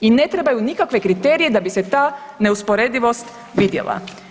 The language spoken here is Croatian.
I ne trebaju nikakve kriterije da bi se ta neusporedivost vidjela.